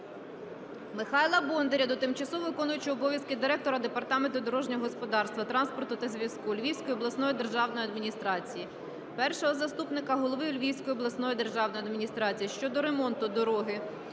Михайла Бондаря до тимчасово виконуючого обов'язки директора Департаменту дорожнього господарства, транспорту та зв'язку Львівської обласної державної адміністрації, першого заступника голови Львівської обласної державної адміністрації щодо ремонту дороги